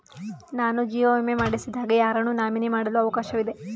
ನಾನು ಜೀವ ವಿಮೆ ಮಾಡಿಸಿದಾಗ ಯಾರನ್ನು ನಾಮಿನಿ ಮಾಡಲು ಅವಕಾಶವಿದೆ?